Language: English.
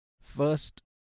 first